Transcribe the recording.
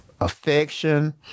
affection